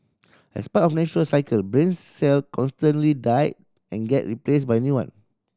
as part of natural cycle brain cell constantly die and get replaced by new one